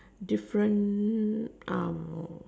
different um